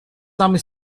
some